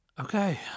Okay